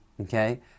Okay